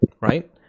right